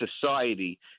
society